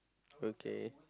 okay